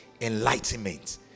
Enlightenment